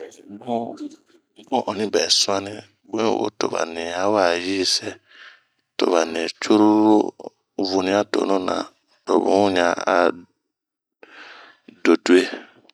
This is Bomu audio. Bunh, bunh ɔnni bɛ suɔni, bun yi wo toba ni ɛwa yi sɛɛ. To ba nii cururu vunia tonu na, to bunh ɲa a dodowe.